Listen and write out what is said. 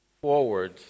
forward